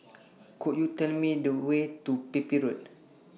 Could YOU Tell Me The Way to Pepys Road